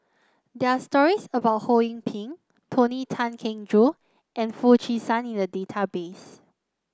there are stories about Ho Yee Ping Tony Tan Keng Joo and Foo Chee San in the database